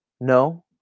No